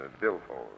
billfold